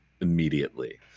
immediately